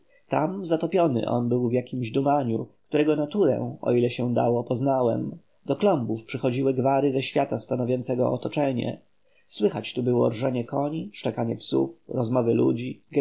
tam zatopiony on był w jakiemś dumaniu którego naturę o ile się dało poznałem do klombów przychodziły gwary ze świata stanowiącego otoczenie słychać tu było rżenie koni szczekanie psów rozmowy ludzi